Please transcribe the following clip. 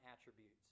attributes